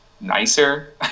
nicer